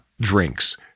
drinks